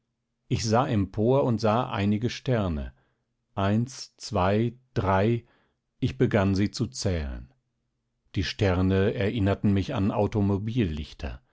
ich sah empor und sah einige sterne eins zwei drei ich begann sie zu zählen die sterne erinnerten mich an